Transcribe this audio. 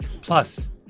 Plus